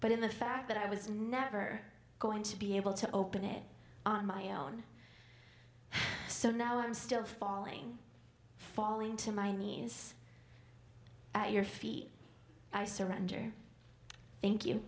but in the fact that i was never going to be able to open it on my own so now instead of falling falling to my knees at your feet i surrender thank you